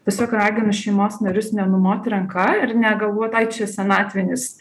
tiesiog raginu šeimos narius nenumoti ranka ir negalvot ai čia senatvinis